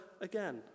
again